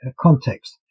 context